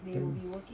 think